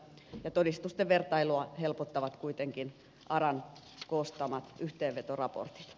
todistusten vertailua helpottavat kuitenkin aran koostamat yhteenvetoraportit